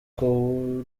kuri